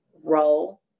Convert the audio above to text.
role